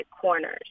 corners